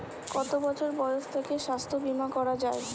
কত বছর বয়স থেকে স্বাস্থ্যবীমা করা য়ায়?